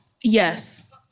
Yes